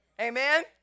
Amen